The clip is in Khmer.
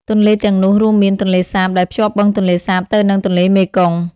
ទន្លេទាំងនោះរួមមាន ទន្លេសាប ដែលភ្ជាប់បឹងទន្លេសាបទៅនឹងទន្លេមេគង្គ។